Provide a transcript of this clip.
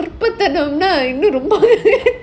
அற்புதம்:arpudham